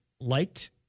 liked